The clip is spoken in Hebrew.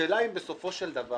השאלה היא אם בסופו של דבר